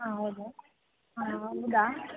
ಹಾಂ ಹೌದು ಹಾಂ ಹೌದಾ